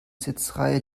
sitzreihe